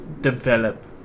develop